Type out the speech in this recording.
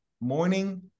morning